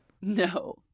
No